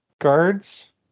guards